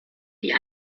die